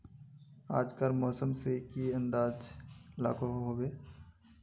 आज कार मौसम से की अंदाज लागोहो होबे?